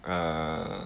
uh